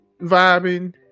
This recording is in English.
vibing